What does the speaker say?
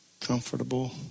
comfortable